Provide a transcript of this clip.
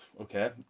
Okay